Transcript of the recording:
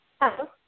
Hello